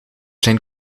zijn